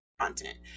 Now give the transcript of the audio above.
content